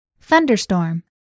Thunderstorm